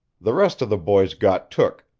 the rest of the boys got took,